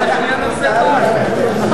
גרסה א' לאחרי סעיף 25(3) נתקבלה.